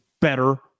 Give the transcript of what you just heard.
better